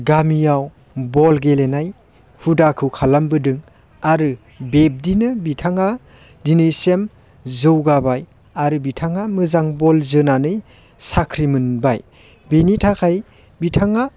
गामियाव बल गेलेनाय हुदाखौ खालामबोदों आरो बेबदिनो बिथाङा दिनैसिम जौगाबाय आरो बिथाङा मोजां बल जोनानै साख्रि मोनबाय बेनि थाखाय बिथाङा